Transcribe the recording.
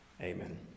Amen